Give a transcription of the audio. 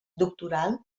doctoral